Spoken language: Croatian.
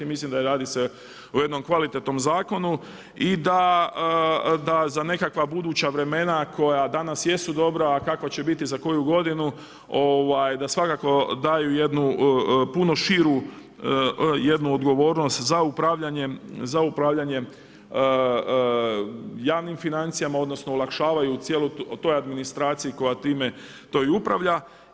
Mislim da radi se o jednom kvalitetnom zakonu i da za nekakva buduća vremena koja danas jesu dobra, a kakva će biti za koju godinu, da svakako daju jednu puno širu jednu odgovor n ost za upravljanjem javnim financijama, odnosno, olakšavaju cijeloj toj administraciji koja time upravlja.